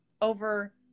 over